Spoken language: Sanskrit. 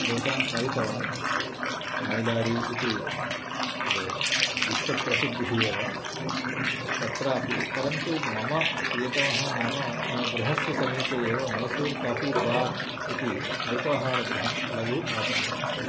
दोसां खायितवान् मैलारि इति विश्वप्रसिद्धिः एव तत्रापि परन्तु मम प्रियतमः नाम मम गृहस्य समीपे एव मैसूर् काफी बार् इति अल्पाहारगृहं लघु आपणः अस्ति